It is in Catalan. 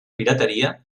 pirateria